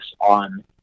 on